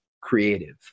creative